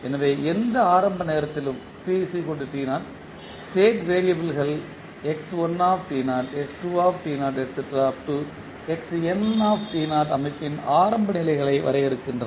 எனவே எந்த ஆரம்ப நேரத்திலும் t t0 ஸ்டேட் வேறியபிள் கள் x1 x2 xn அமைப்பின் ஆரம்ப நிலைகளை வரையறுக்கின்றன